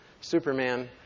Superman